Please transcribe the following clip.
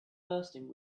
bursting